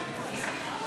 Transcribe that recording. חברי הכנסת,